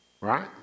Right